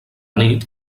nit